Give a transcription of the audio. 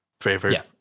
favorite